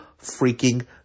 freaking